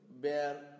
bear